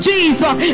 Jesus